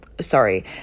Sorry